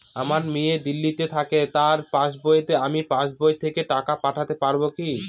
আমার মেয়ে দিল্লীতে থাকে তার পাসবইতে আমি পাসবই থেকে টাকা পাঠাতে পারব কি?